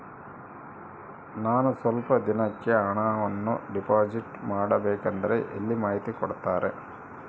ನಾನು ಸ್ವಲ್ಪ ದಿನಕ್ಕೆ ಹಣವನ್ನು ಡಿಪಾಸಿಟ್ ಮಾಡಬೇಕಂದ್ರೆ ಎಲ್ಲಿ ಮಾಹಿತಿ ಕೊಡ್ತಾರೆ?